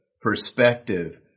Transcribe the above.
perspective